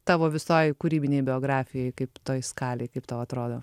tavo visoj kūrybinėj biografijoj kaip toj skalėj kaip tau atrodo